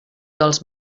dels